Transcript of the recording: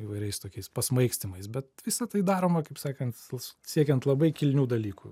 įvairiais tokiais pasmaikstymais bet visa tai daroma kaip sakant sl s siekiant labai kilnių dalykų